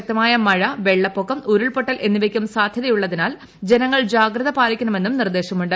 ശക്തമായ മഴ വെള്ള്പ്പൊക്കം ഉരുൾപൊട്ടൽ എന്നിവയ്ക്കും സാധൃതയുള്ളതിനാൽ ജനങ്ങൾ ജാഗ്രത പാലിക്കണമെന്നും നിർദ്ദേശമുണ്ട്